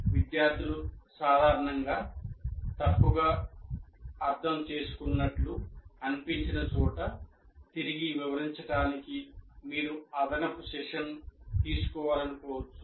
విద్యార్థులు సాధారణంగా తప్పుగా అర్ధం చేసుకున్నట్లు అనిపించిన చోట తిరిగి వివరించడానికి మీరు అదనపు సెషన్ తీసుకోవాలనుకోవచ్చు